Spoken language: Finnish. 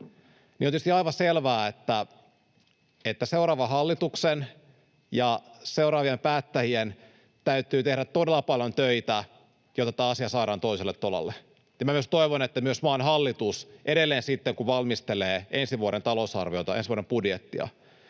on tietysti aivan selvää, että seuraavan hallituksen ja seuraavien päättäjien täytyy tehdä todella paljon töitä, jotta tämä asia saadaan toiselle tolalle. Myös toivon, että myös maan nykyinen hallitus edelleen sitten kun valmistelee ensi vuoden talousarviota, ensi vuoden budjettia,